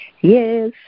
Yes